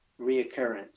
reoccurrence